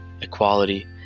equality